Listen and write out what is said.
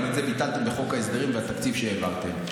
גם את זה ביטלתם בחוק ההסדרים והתקציב שהעברתם.